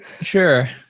Sure